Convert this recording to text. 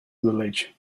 village